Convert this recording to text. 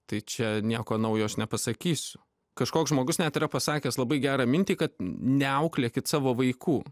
tai čia nieko naujo aš nepasakysiu kažkoks žmogus net yra pasakęs labai gerą mintį kad ne auklėkit savo vaikų